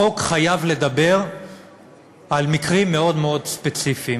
החוק חייב לדבר על מקרים מאוד מאוד ספציפיים.